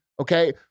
okay